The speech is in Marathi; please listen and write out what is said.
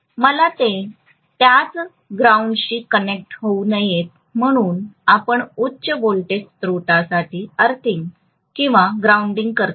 मला ते त्याच ग्राउंडशी कनेक्ट होऊ नयेत म्हणून आपण उच्च व्होल्टेज स्त्रोतासाठी अर्थिंग किंवा ग्राउंडिंग करतो